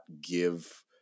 give